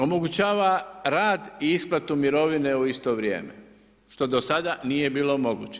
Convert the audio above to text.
Omogućava rad i isplatu mirovine u isto vrijeme, što do sada nije bilo moguće.